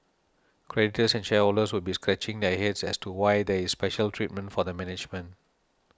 creditors and shareholders would be scratching their heads as to why there is special treatment for the management